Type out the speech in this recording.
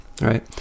right